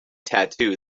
tattoo